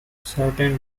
certain